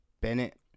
Bennett